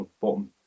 bottom